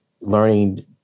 learning